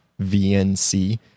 vnc